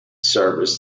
service